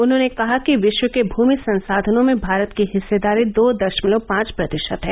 उन्होंने कहा कि विश्व के भूमि संसाधनों में भारत की हिस्सेदारी दो दशमलव पांच प्रतिशत है